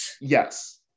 Yes